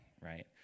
right